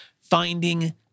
finding